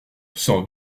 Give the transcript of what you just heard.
sans